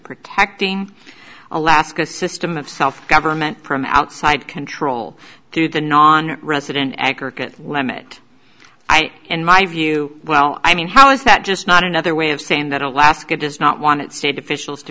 protecting alaska system of self government perm outside control do the non resident aggregate limit i in my view well i mean how is that just not another way of saying that alaska does not want state officials to